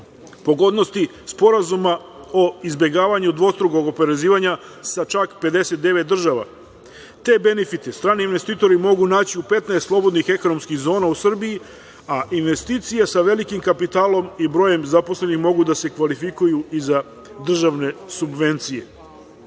pogodnosti sporazuma o izbegavanju dvostrukog oporezivanja sa čak 59 država. Te benefite strani investitori mogu naći u 15 slobodnih ekonomskih zona u Srbiji, a investicije sa velikim kapitalom i brojem zaposlenih mogu da se kvalifikuju i za državne subvencije. Ljudski